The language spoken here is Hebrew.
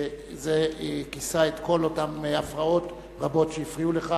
זה כיסה את כל אותן הפרעות רבות שהפריעו לך.